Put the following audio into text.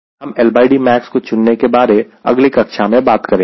हम LDmax को चुनने के बारे अगली कक्षा में बात करेंगे